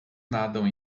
nadam